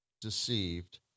deceived